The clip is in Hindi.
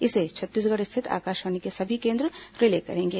इसे छत्तीसगढ़ स्थित आकाशवाणी के सभी केंद्र रिले करेंगे